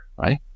right